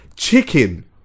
chicken